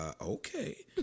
okay